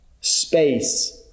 space